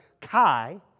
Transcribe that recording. chi